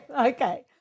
okay